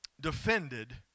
defended